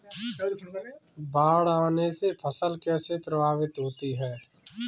बाढ़ आने से फसल कैसे प्रभावित होगी?